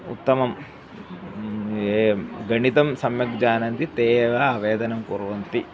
उत्तमं ये गणितं सम्यक् जानन्ति ते एव आवेदनं कुर्वन्ति